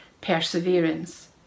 perseverance